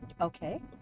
Okay